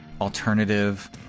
alternative